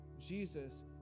Jesus